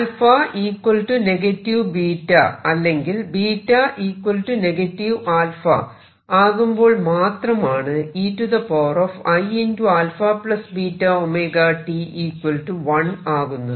α β അല്ലെങ്കിൽ β α ആകുമ്പോൾ മാത്രമാണ് eiαβt 1 ആകുന്നത്